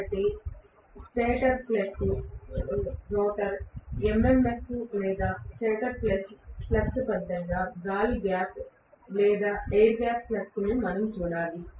కాబట్టి stator plus rotor MMF లేదా stator plus rotor flux ఫలితంగా గాలి గ్యాప్ MMF లేదా ఎయిర్ గ్యాప్ ఫ్లక్స్ ను మనం చూడాలి